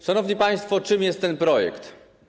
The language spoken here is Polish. Szanowni państwo, czym jest ten projekt?